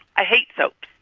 i hate soaps.